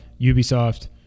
ubisoft